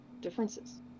differences